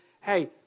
hey